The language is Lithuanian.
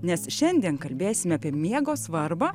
nes šiandien kalbėsime apie miego svarbą